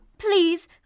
Please